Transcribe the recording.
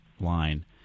line